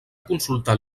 consultar